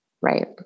Right